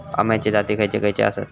अम्याचे जाती खयचे खयचे आसत?